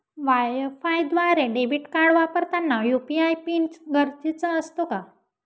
वायफायद्वारे debit card वापरताना UPI PIN गरजेचा असतो का?